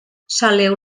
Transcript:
saleu